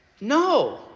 No